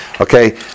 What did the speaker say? Okay